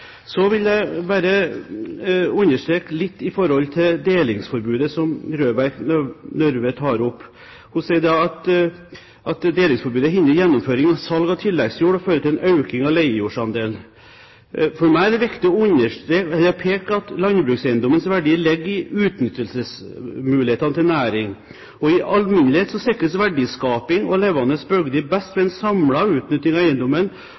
Så vil jeg bare understreke litt dette med delingsforbudet, som Røbekk Nørve tar opp. Hun sier at delingsforbudet hindrer gjennomføring av salg av tilleggsjord og fører til en øking av leiejordsandelen. For meg er det viktig å peke på at landbrukseiendommenes verdi ligger i utnyttelsesmulighetene til næring. I alminnelighet sikres verdiskaping og levende bygder best ved en samlet utnytting av eiendommen,